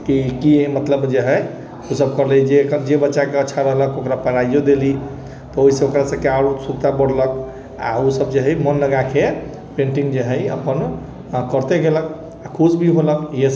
कि की ई मतलब जे हइ ओसब करै जे जे बच्चाके अच्छा रहलक ओकरा प्राइजो देली तऽ ओहिसँ ओकरा सबके आओर उत्सुकता बढ़लक आओर ओसब जे हइ मन लगाकऽ पेन्टिङ्ग जे हइ अपन करिते गेलक आओर खुश भी होलक इएह सब